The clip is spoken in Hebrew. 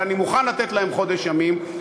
אבל אני מוכן לתת להם חודש ימים,